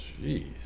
Jeez